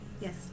Yes